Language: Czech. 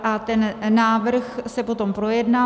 A ten návrh se potom projedná.